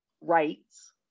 rights